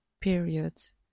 periods